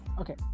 okay